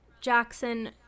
Jackson